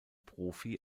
profi